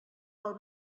pel